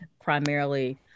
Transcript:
primarily